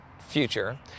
future